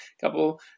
couple